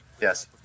Yes